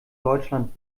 deutschland